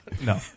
No